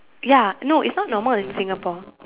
ya no it's not normal in Singapore